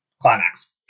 Climax